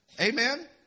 Amen